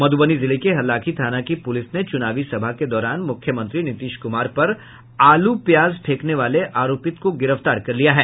मधुबनी जिले की हरलाखी थाना की पुलिस ने चुनावी सभा के दौरान मुख्यमंत्री नीतीश कुमार पर आलू प्याज फेंकने वाले आरोपित को गिरफ्तार कर लिया है